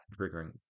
triggering